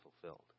fulfilled